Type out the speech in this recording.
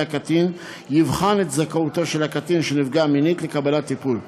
הקטין יבחן את זכאותו של הקטין שנפגע מינית לקבלת טיפול.